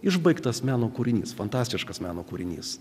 išbaigtas meno kūrinys fantastiškas meno kūrinys